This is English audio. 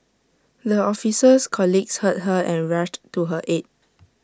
the officer's colleagues heard her and rushed to her aid